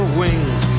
wings